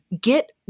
get